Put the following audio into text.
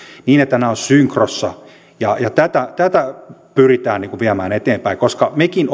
niin että nämä ovat synkrossa ja tätä tätä pyritään viemään eteenpäin koska mekin